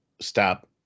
stop